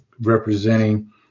representing